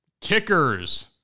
Kickers